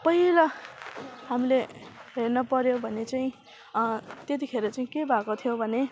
पहिला हामीले हेर्न पर्यो भने चाहिँ त्यतिखेर चाहिँ के भएको थियो भने